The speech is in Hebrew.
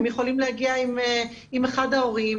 הם יכולים להגיע עם אחד ההורים,